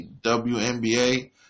WNBA